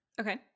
Okay